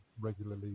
regularly